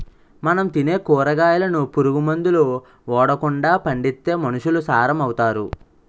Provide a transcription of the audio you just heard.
మనం తినే కూరగాయలను పురుగు మందులు ఓడకండా పండిత్తే మనుసులు సారం అవుతారు